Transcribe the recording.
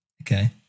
Okay